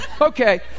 Okay